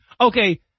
Okay